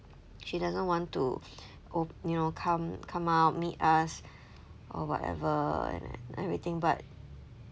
she doesn't want to op~ you know come come out meet us or whatever and everything but